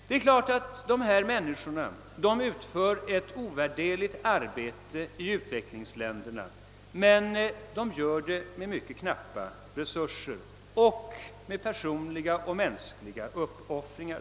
Det är klart att dessa människor utför ett ovärderligt arbete i utvecklingsländerna, men de gör det med mycket knappa resurser och med stora personliga uppoffringar.